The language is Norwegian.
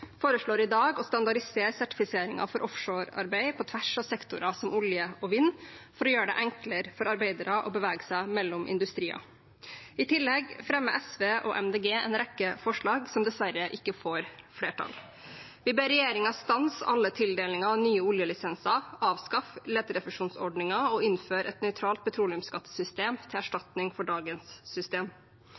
foreslår i dag å standardisere sertifiseringen for offshorearbeid på tvers av sektorer som olje og vind for å gjøre det enklere for arbeidere å bevege seg mellom industrier. I tillegg fremmer SV og Miljøpartiet De Grønne en rekke forslag som dessverre ikke får flertall. Vi ber regjeringen stanse alle tildelinger av nye oljelisenser, avskaffe leterefusjonsordningen og innføre et nøytralt petroleumsskattesystem til erstatning for dagens system.